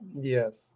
Yes